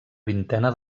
vintena